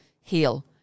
heal